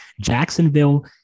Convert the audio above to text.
Jacksonville